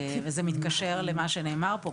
זה מתקשר למה שנאמר פה,